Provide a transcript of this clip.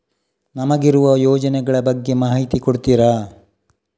ನಮಗಿರುವ ಯೋಜನೆಗಳ ಬಗ್ಗೆ ಮಾಹಿತಿ ಕೊಡ್ತೀರಾ?